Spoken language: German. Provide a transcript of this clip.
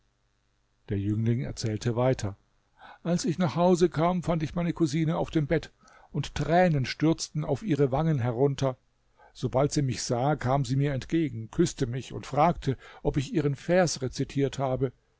der jüngling erzählte weiter als ich nach hause kam fand ich meine cousine auf dem bett und tränen stürzten auf ihre wangen herunter sobald sie mich sah kam sie mir entgegen küßte mich und fragte ob ich ihren vers rezitiert habe